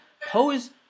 pose